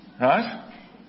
Right